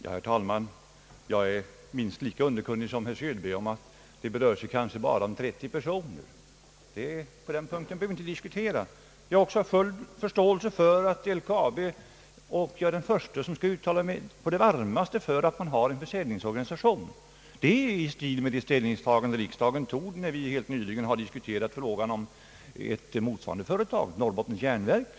Herr talman! Jag är minst lika underkunnig som herr Söderberg om att det här kanske bara rör sig om att flytta 20 å 30 personer. Den saken behöver vi inte diskutera. Jag är den förste att på det varmaste uttala mig för att LKAB har en försäljningsorganisation i stil med den ståndpunkt som riksdagen tog när vi helt nyligen diskuterade frågan om ett motsvarande företag, nämligen Norrbottens järnverk.